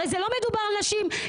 הרי זה לא מדובר על נשים ימניות,